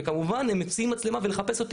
וכמובן הם מוציאים מצלמה לחפש אותי.